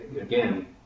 Again